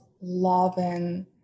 loving